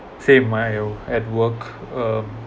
same mine at work uh